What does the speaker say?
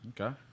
Okay